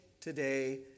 today